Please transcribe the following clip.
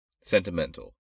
sentimental